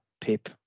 pip